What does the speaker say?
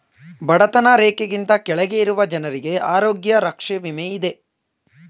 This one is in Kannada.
ಬಡತನ ರೇಖೆಗಿಂತ ಕೆಳಗೆ ಇರುವ ಜನರಿಗೆ ಆರೋಗ್ಯ ರಕ್ಷೆ ವಿಮೆ ಇದೆ